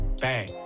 bang